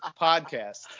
podcast